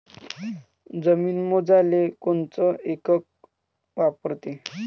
जमीन मोजाले कोनचं एकक वापरते?